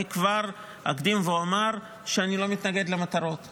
אני כבר אקדים ואומר שאני לא מתנגד למטרות,